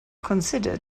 considered